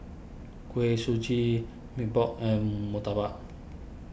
Kuih Suji Mee Pok and Murtabak